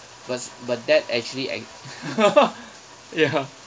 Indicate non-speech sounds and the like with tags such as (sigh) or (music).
because but that actually e~ (laughs) ya